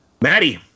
Maddie